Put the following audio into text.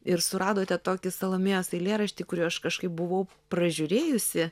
ir suradote tokį salomėjos eilėraštį kurį aš kažkaip buvau pražiūrėjusi